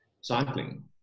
cycling